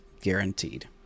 guaranteed